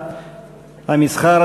המסחר,